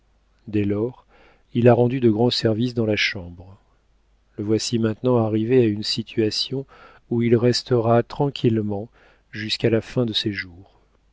dès lors il a rendu de grands services dans la chambre le voici maintenant arrivé à une situation où il restera tranquillement jusqu'à la fin de ses jours